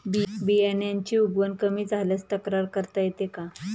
बियाण्यांची उगवण कमी झाल्यास तक्रार करता येते का?